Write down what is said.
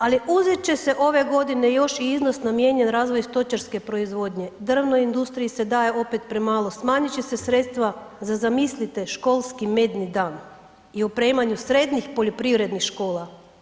Ali uzet će se ove godine još i iznos namijenjen razvoju stočarske proizvodnje, drvnoj industriji se daje opet premalo, smanjit će se sredstva za, zamislite, školski medni dan i opremanju srednjih poljoprivrednih škola.